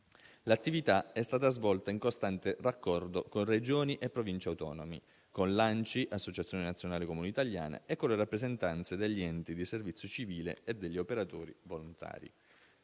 L'attività è stata svolta in costante raccordo con Regioni e Province autonome, con l'ANCI-Associazione nazionale Comuni italiani e con le rappresentanze degli enti di servizio civile e degli operatori volontari.